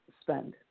spend